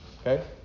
Okay